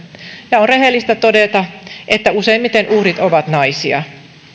ja on rehellistä todeta että useimmiten uhrit ovat naisia